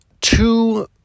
two